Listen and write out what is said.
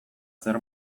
zer